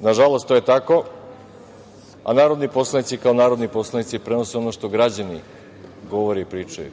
Nažalost, to je tako, a narodni poslanici kao narodni poslanici prenose ono što građani govore i pričaju,